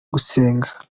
gusenga